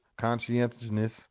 conscientiousness